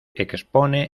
expone